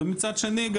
ומצד שני,